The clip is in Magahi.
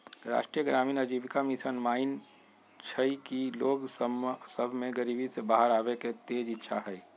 राष्ट्रीय ग्रामीण आजीविका मिशन मानइ छइ कि लोग सभ में गरीबी से बाहर आबेके तेज इच्छा हइ